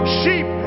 sheep